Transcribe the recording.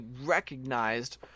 recognized